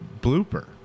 blooper